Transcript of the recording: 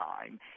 time